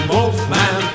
Wolfman